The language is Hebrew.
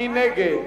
מי נגד?